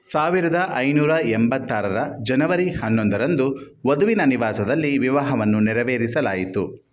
ಸಾವಿರದ ಐನೂರ ಎಂಬತ್ತಾರರ ಜನವರಿ ಹನ್ನೊಂದರಂದು ವಧುವಿನ ನಿವಾಸದಲ್ಲಿ ವಿವಾಹವನ್ನು ನೆರವೇರಿಸಲಾಯಿತು